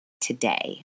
today